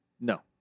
No